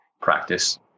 practice